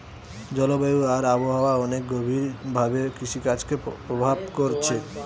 জলবায়ু আর আবহাওয়া অনেক গভীর ভাবে কৃষিকাজকে প্রভাব কোরছে